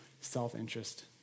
self-interest